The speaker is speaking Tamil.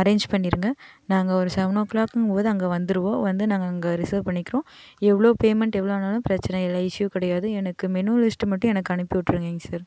அரேஞ்ச் பண்ணி விடுங்க நாங்கள் ஒரு செவன் ஓ கிளாக்கும் போது அங்கே வந்துருவோம் வந்து நாங்கள் அங்கே ரிசர்வ் பண்ணிக்கிறோம் எவ்வளோ பேமெண்ட் எவ்வளோ ஆனாலும் பிரச்சனை இல்லை இஸ்யூ கிடையாது எனக்கு மெனு லிஸ்ட்டு மட்டும் எனக்கு அனுப்பி விட்ருங்கங்க சார்